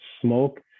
smoke